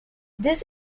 this